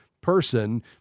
person